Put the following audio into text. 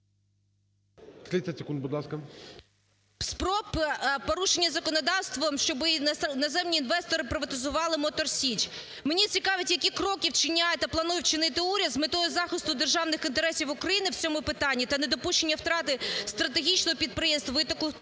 30 секунд, будь ласка. ВОЙЦІЦЬКА В.М. …спроб порушення законодавства, щоби іноземні інвестори приватизували "Мотор Січ". Мене цікавить, які кроки вчиняє та планує вчинити уряд з метою захисту державних інтересів України в цьому питанні та недопущення втрати стратегічного підприємства, витоку